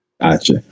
Gotcha